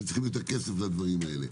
אתם צריכים יותר כסף לדברים האלה.